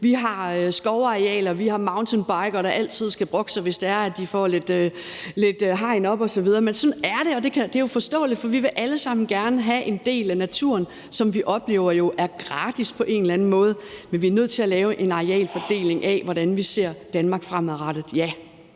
Vi har skovarealer. Vi har mountainbikerne, der altid skal brokke sig, hvis det er, at de får lidt hegn op osv., men sådan er det. Det er jo forståeligt, for vi vil alle sammen gerne have en del af naturen, som vi på en eller anden måde oplever er gratis, men vi er nødt til at lave en arealfordeling af, hvordan vi ser Danmark fremadrettet,